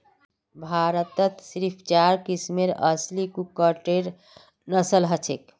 भारतत सिर्फ चार किस्मेर असली कुक्कटेर नस्ल हछेक